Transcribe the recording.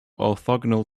orthogonal